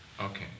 okay